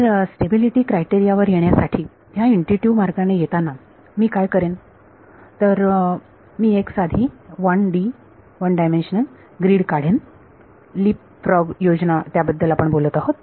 तर stability criteria वर येण्यासाठी ह्या इनट्युटीव्ह मार्गाने येताना मी काय करेन तर मी एक साधी 1D ग्रीड काढेन लिपफ्रॉग योजना त्याबद्दल आपण बोलत आहोत